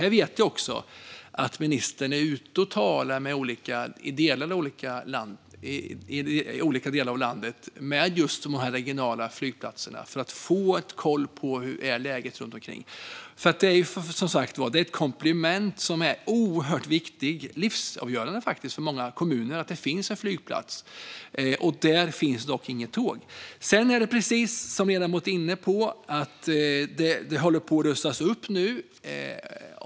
Jag vet att ministern är ute i olika delar av landet och talar med de regionala flygplatserna för att få koll på hur läget är. Det är som sagt ett komplement som är oerhört viktigt. Det är till och med livsavgörande för många kommuner att det finns en flygplats, och där finns det dock inget tåg. Precis som ledamoten är inne på håller detta på att lösa sig nu.